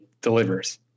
delivers